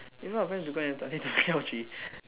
in front of friends to go and L_G